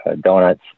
donuts